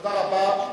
תודה רבה.